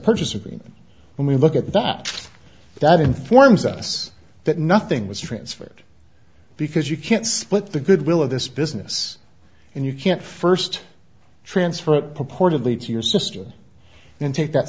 agreement when we look at that that informs us that nothing was transferred because you can't split the goodwill of this business and you can't first transfer it purportedly to your sister and take that